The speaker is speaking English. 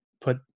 put